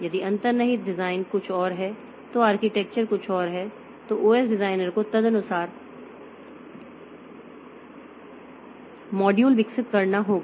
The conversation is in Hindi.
यदि अंतर्निहित डिजाइन कुछ और है तो आर्किटेक्चर कुछ और है तो ओएस डिजाइनर को तदनुसार मॉड्यूल विकास करना होगा